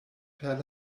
per